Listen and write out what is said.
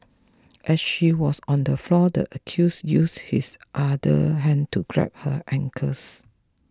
as she was on the floor the accused used his other hand to grab her ankles